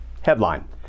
headline